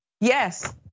yes